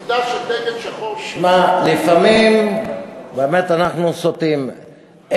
שמע, לפעמים אנחנו סוטים.